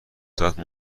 ساعت